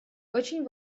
очень